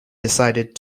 decided